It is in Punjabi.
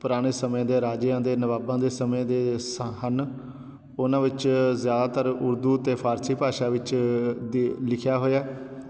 ਪੁਰਾਣੇ ਸਮੇਂ ਦੇ ਰਾਜਿਆਂ ਦੇ ਨਵਾਬਾਂ ਦੇ ਸਮੇਂ ਦੇ ਸ ਹਨ ਉਹਨਾਂ ਵਿੱਚ ਜ਼ਿਆਦਾਤਰ ਉਰਦੂ ਅਤੇ ਫਾਰਸੀ ਭਾਸ਼ਾ ਵਿੱਚ ਦੇ ਲਿਖਿਆ ਹੋਇਆ